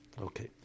Okay